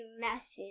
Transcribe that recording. message